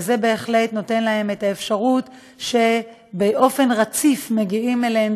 וזה בהחלט נותן להם אפשרות שבאופן רציף מגיעים אליהם